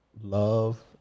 love